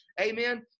Amen